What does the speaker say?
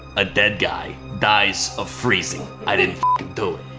a dead guy dies of freezing. i didn't do it,